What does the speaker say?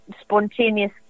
spontaneous